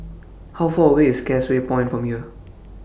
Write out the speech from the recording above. How Far away IS Causeway Point from here